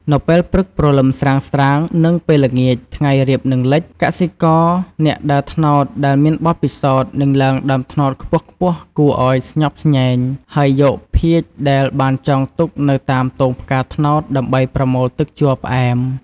នៅពេលព្រឹកព្រលឹមស្រាងៗ និងពេលល្ងាចថ្ងៃរៀបនឹងលេច កសិករអ្នកដើរត្នោតដែលមានបទពិសោធន៍នឹងឡើងដើមត្នោតខ្ពស់ៗគួរឲ្យស្ញប់ស្ញែង ហើយយកភាជន៍ដែលបានចងទុកនៅតាមទងផ្កាត្នោតដើម្បីប្រមូលទឹកជ័រផ្អែម។